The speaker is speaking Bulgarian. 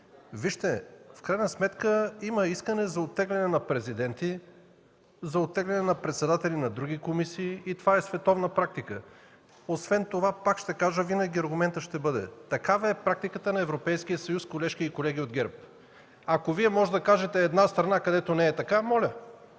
В крайна сметка има искане за оттегляне на президенти, за оттегляне на председатели на други комисии. Това е световна практика. Освен това пак ще кажа, винаги аргументът ще бъде – такава е практиката в Европейския съюз, колежки и колеги от ГЕРБ. Ако Вие можете да кажете една страна, където не е така, моля!